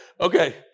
Okay